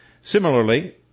Similarly